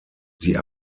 sie